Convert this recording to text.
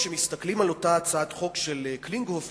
כשמסתכלים על אותה הצעת חוק של קלינגהופר,